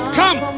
come